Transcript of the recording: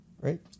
right